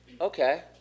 Okay